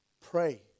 pray